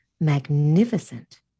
magnificent